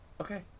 Okay